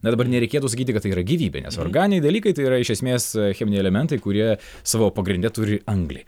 na dabar nereikėtų sakyti kad tai yra gyvybė nes organiniai dalykai tai yra iš esmės cheminiai elementai kurie savo pagrinde turi anglį